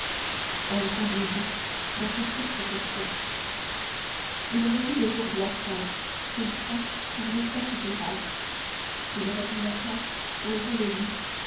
son propre cachot il revit le jour blafard filtrant par l'étroit soupirail il revit la place où était le lit